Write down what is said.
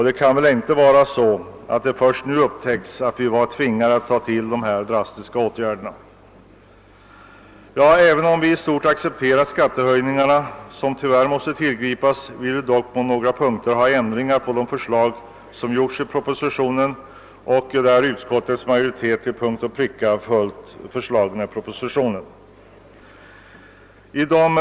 Det kan väl inte vara så att man först nu upptäckt att drastiska åtgärder måste vidtas. Även om vi inom folkpartiet i stort sett accepterar skattehöjningarna, som tyvärr måste tillgripas, vill vi dock på några punkter ha ändringar i propositionens förslag, som utskottets majoritet till punkt och pricka följt.